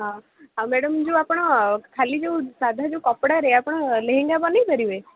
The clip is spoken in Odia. ହଁ ଆଉ ମ୍ୟାଡ଼ାମ୍ ଯେଉଁ ଆପଣ ଖାଲି ଯେଉଁ ସାଧା ଯେଉଁ କପଡ଼ାରେ ଆପଣ ଲେହେଙ୍ଗା ବନାଇ ପାରିବେ